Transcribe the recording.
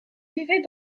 vivait